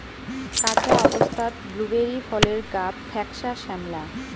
কাঁচা অবস্থাত ব্লুবেরি ফলের গাব ফ্যাকসা শ্যামলা